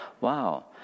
wow